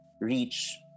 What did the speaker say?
reach